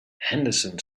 henderson